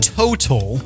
total